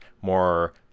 more